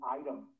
item